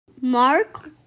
Mark